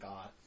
God